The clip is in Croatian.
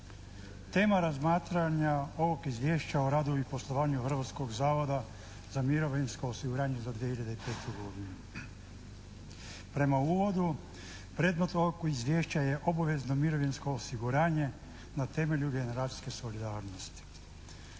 Tema razmatranja ovog Izvješća o radu i poslovanju Hrvatskog zavoda za mirovinsko osiguranje za 2005. godinu. Prema uvodu predmetno izvješće je obavezno mirovinsko osiguranje na temelju generacijske solidarnosti.